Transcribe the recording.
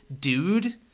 dude